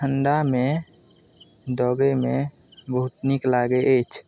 ठण्डामे दौड़ेमे बहुत नीक लागै अछि